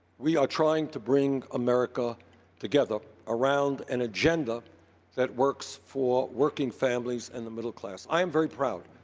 we are trying to bring america together around an agenda that works for working families and the middle class. i am very proud,